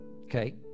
Okay